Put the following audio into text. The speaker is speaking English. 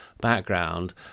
background